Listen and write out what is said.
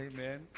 amen